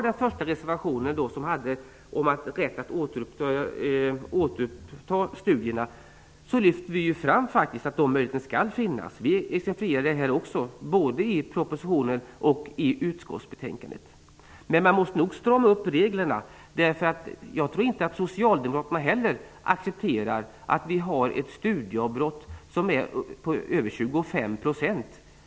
Den första reservationen handlar om rätten att återuppta studierna. Vi lyfter ju faktiskt fram att den möjligheten skall finnas. Vi exemplifierar det också både i propositionen och i utskottsbetänkandet. Men vi måste nog strama upp reglerna. Jag tror inte att Socialdemokraterna heller accepterar att vi har ett studieavbrott på över 25 %.